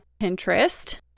Pinterest